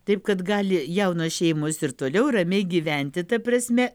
taip kad gali jaunos šeimos ir toliau ramiai gyventi ta prasme